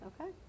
Okay